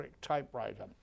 typewriter